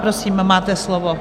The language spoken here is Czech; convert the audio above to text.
Prosím, máte slovo.